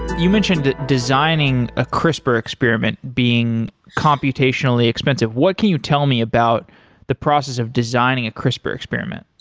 you mentioned that designing a crispr experiment being computationally expensive. what can you tell me about the process of designing a crisper experiment?